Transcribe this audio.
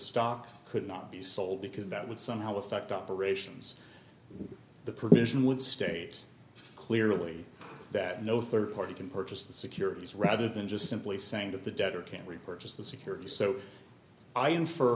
stock could not be sold because that would somehow affect operations the provision would state clearly that no third party can purchase the securities rather than just simply saying that the debtor can't repurchase the security so i infer